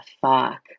fuck